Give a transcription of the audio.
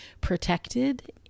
protected